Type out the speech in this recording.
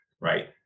right